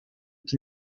que